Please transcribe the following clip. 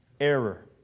error